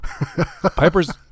Piper's